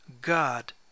God